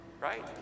right